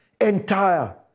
entire